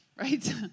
Right